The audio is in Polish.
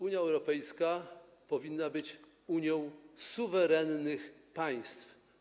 Unia Europejska powinna być Unią suwerennych państw.